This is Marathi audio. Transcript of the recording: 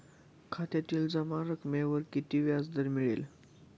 खात्यातील जमा रकमेवर किती व्याजदर मिळेल?